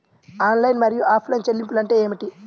Online మరియు offline చెల్లింపులు అంటే ఏమిటి?